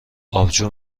آبجو